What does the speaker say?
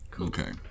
Okay